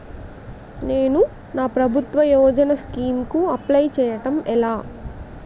నేను నా ప్రభుత్వ యోజన స్కీం కు అప్లై చేయడం ఎలా?